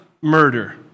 murder